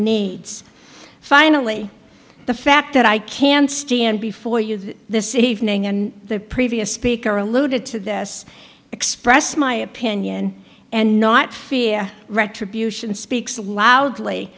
needs finally the fact that i can stand before you this evening and the previous speaker alluded to this express my opinion and not fear retribution speaks loudly